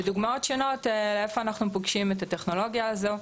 ודוגמאות שונות היכן אנחנו פוגשים את הטכנולוגיה הזו,